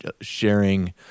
sharing